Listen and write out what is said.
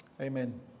Amen